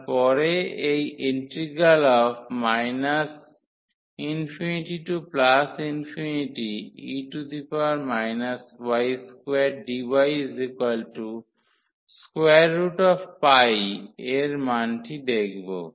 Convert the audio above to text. আমরা পরে এই ∞e y2dy এর মানটি দেখব